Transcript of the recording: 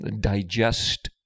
digest